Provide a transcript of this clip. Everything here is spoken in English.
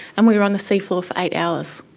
and we were on the seafloor for eight hours.